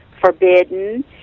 forbidden